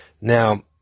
Now